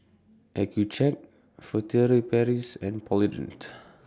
Accucheck Furtere Paris and Polident